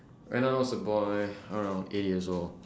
when I was a boy around eight years old